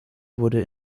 wurde